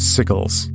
Sickles